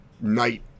night